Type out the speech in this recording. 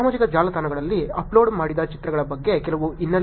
ಸಾಮಾಜಿಕ ಜಾಲತಾಣಗಳಲ್ಲಿ ಅಪ್ಲೋಡ್ ಮಾಡಿದ ಚಿತ್ರಗಳ ಬಗ್ಗೆ ಕೆಲವು ಹಿನ್ನೆಲೆ